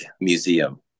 Museum